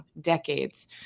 decades